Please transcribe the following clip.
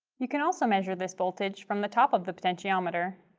you can also measure this voltage from the top of the potentiometer.